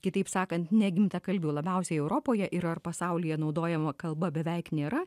kitaip sakant negimtakalbių labiausiai europoje ir ar pasaulyje naudojama kalba beveik nėra